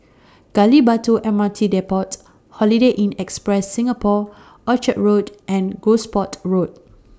Gali Batu M R T Depot Holiday Inn Express Singapore Orchard Road and Gosport Road